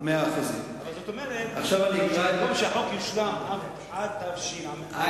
אבל זאת אומרת, במקום שהחוק יושלם עד תשע"א,